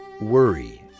worry